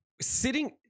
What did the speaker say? sitting